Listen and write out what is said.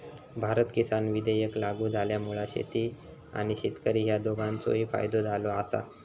भारत किसान विधेयक लागू झाल्यामुळा शेती आणि शेतकरी ह्या दोघांचोही फायदो झालो आसा